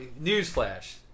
Newsflash